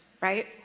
right